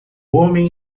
homem